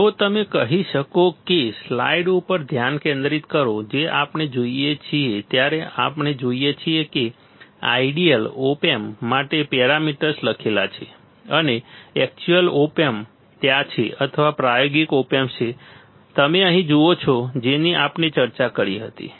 તેથી જો તમે કહી શકો કે સ્લાઇડ ઉપર ધ્યાન કેન્દ્રિત કરો જે આપણે જોઈએ છીએ ત્યારે આપણે જોઈએ છીએ કે આઈડિયા ઓપી એમ્પ માટે પેરામીટર્સ લખાયેલા છે અને એક્ચ્યુઅલ ઓપ એમ્પ ત્યાં છે અથવા પ્રાયોગિક ઓપ એમ્પ છે તમે અહીં જુઓ છો જેની આપણે ચર્ચા કરી હતી